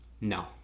No